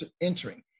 entering